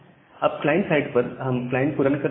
अब client side पर हम क्लाइंट को रन कर सकते हैं